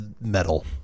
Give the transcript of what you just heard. metal